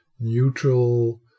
Neutral